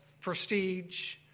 prestige